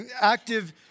active